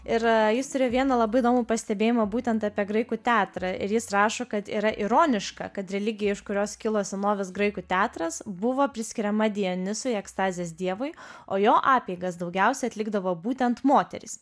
ir jis turi vieną labai įdomų pastebėjimą būtent apie graikų teatrą ir jis rašo kad yra ironiška kad religija iš kurios kilo senovės graikų teatras buvo priskiriama dionizui ekstazės dievui o jo apeigas daugiausia atlikdavo būtent moterys